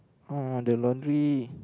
oh the laundry